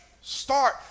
start